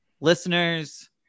listeners